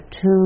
two